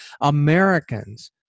Americans